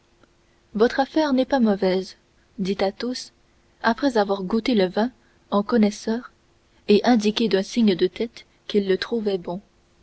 votre affaire n'est pas mauvaise dit athos après avoir goûté le vin en connaisseur et indiqué d'un signe de tête qu'il le trouvait bon